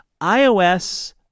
iOS